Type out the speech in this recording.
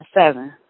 Seven